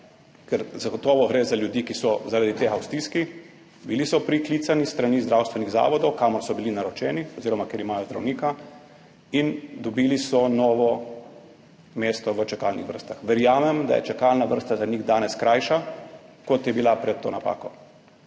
ker zagotovo gre za ljudi, ki so zaradi tega v stiski, bili so priklicani s strani zdravstvenih zavodov, kamor so bili naročeni oziroma kjer imajo zdravnika, in dobili so novo mesto v čakalnih vrstah. Verjamem, da je čakalna vrsta za njih danes krajša, kot je bila pred to napako.